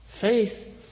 Faith